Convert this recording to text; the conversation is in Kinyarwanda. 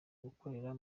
gukorera